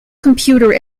computer